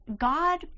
God